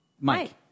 Mike